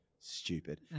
Stupid